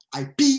IP